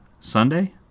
Sunday